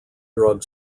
drug